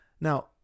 Now